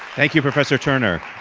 thank you professor turner.